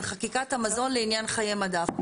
על חקיקת המזון לעניין חיי מדף.